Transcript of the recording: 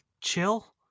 chill